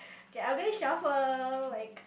K I'm gonna shuffle like